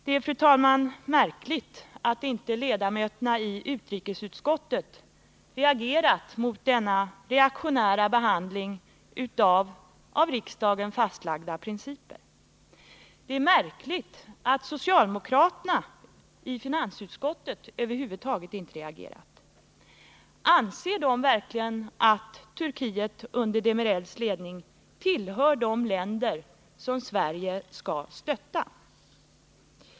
Det är, fru talman, märkligt att inte ledamöterna i utrikesutskottet har reagerat mot denna reaktionära behandling av principer fastlagda av riksdagen. Och det är märkligt att socialdemokraterna i finansutskottet över huvud taget inte har reagerat. Anser de verkligen att Turkiet under Demirels ledning tillhör de länder som Sverige skall stötta?